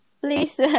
Please